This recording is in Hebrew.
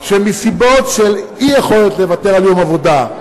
שמסיבות של אי-יכולת לוותר על יום עבודה,